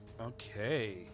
Okay